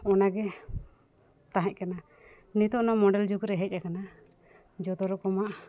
ᱚᱱᱟᱜᱮ ᱛᱟᱦᱮᱸᱠᱟᱱᱟ ᱱᱤᱛᱳᱜ ᱱᱚᱣᱟ ᱢᱚᱰᱮᱞ ᱡᱩᱜᱽ ᱨᱮ ᱦᱮᱡᱽ ᱟᱠᱟᱱᱟ ᱡᱚᱛᱚ ᱨᱚᱠᱚᱢᱟᱜ